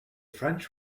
french